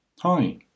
Hi